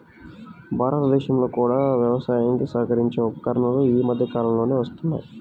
భారతదేశంలో కూడా వ్యవసాయానికి సహకరించే ఉపకరణాలు ఈ మధ్య కాలంలో వస్తున్నాయి